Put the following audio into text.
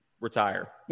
retire